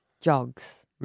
jogs